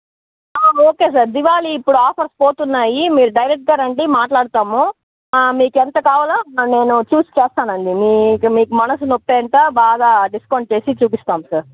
okay sir Diwali ఇప్పుడు offers పోతున్నాయి మీరు డైరెక్ట్గా రండి మాట్లాడతాము మీకెంత కావాలో నేను చూసి చేస్తానండి మీ మీకు మనసుని ఓప్పెంత బాగా డిస్కౌంట్ చేసి చూపిస్తాం సార్